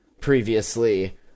previously